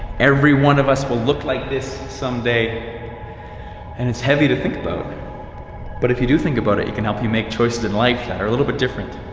every one of us will look like this someday and it's heavy to think about. but if you do think about it, it can help you make choices in life that are a little bit different.